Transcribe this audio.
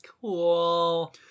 Cool